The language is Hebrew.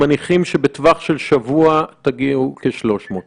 וככה האזרח יעשה את החשבון בעצמו כאשר הוא